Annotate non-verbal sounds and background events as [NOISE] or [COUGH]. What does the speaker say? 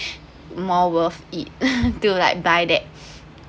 more worth it [LAUGHS] to like buy that